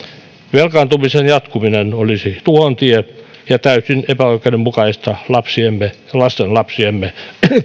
velkaantumisen jatkuminen olisi tuhon tie ja täysin epäoikeudenmukaista lapsiemme ja lastenlapsiemme